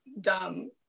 dumb